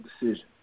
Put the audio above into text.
decision